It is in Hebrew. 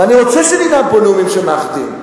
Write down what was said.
ואני רוצה שננאם פה נאומים שמאחדים.